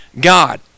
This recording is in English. God